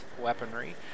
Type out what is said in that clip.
weaponry